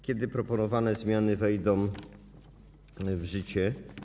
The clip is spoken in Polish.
Kiedy proponowane zmiany wejdą w życie?